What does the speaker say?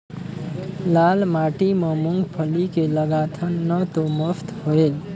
लाल माटी म मुंगफली के लगाथन न तो मस्त होयल?